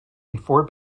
before